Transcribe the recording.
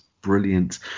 brilliant